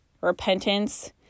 repentance